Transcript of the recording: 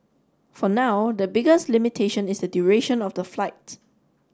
for now the biggest limitation is the duration of the flight